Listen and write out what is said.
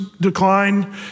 decline